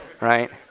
right